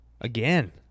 again